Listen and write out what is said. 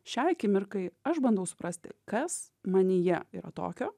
šiai akimirkai aš bandau suprasti kas manyje yra tokio